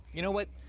you know what?